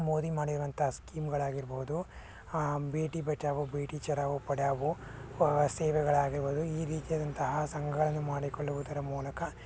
ಮೋದಿ ಮಾಡಿರುವಂತಹ ಸ್ಕಿಮ್ಗಳಾಗಿರ್ಬೋದು ಬೇಟಿ ಬಚಾವೋ ಬೇಟಿ ಚರಾವೋ ಪಡಾವೋ ಸೇವೆಗಳಾಗಿರ್ಬೋದು ಈ ರೀತಿಯಾದಂತಹ ಸಂಘಗಳನ್ನು ಮಾಡಿಕೊಳ್ಳುವುದರ ಮೂಲಕ